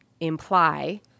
imply